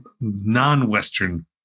non-Western